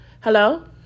Hello